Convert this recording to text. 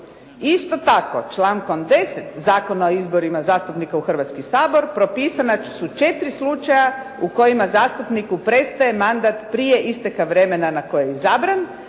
Isto tako, člankom 10. Zakona o izborima zastupnika u Hrvatski sabor propisana su četiri slučaja u kojima zastupniku prestaje mandat prije isteka vremena na koje je izabran,